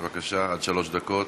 בבקשה, עד שלוש דקות.